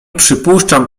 przypuszczam